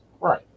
Right